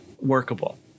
workable